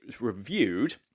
reviewed